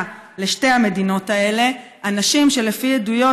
לשתי המדינות האלה אנשים שלפי עדויות,